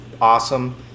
awesome